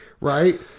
right